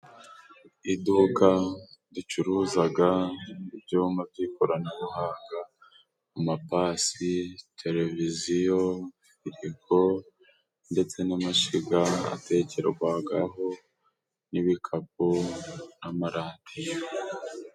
Iduka ricuruzaga ibyuma by'ikoranabuhanga amapasi ,televiziyo ,firigo ndetse n' amashiga atekerwagaho n'ibikapu n'amaradiyo.